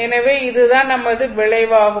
எனவே இது தான் நமது விளைவாகும்